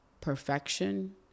perfection